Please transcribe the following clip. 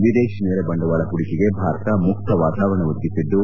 ವಿದೇಶಿ ನೇರ ಬಂಡವಾಳ ಹೂಡಿಕೆಗೆ ಭಾರತ ಮುಕ್ತ ವಾತಾವರಣ ಒದಗಿಸಿದ್ದು